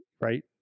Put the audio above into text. right